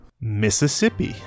Mississippi